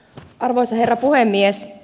arvoisa herra puhemies